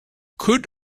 could